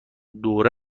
دوره